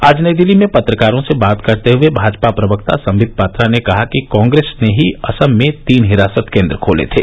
आज नई दिल्ली में पत्रकारों से बात करते हुए भाजपा प्रवक्ता संबित पात्रा ने कहा कि कांग्रेस ने ही असम में तीन हिरासत केन्द्र खोले थे